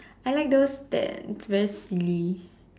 I like those that it's wear sleeve